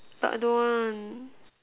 but I don't want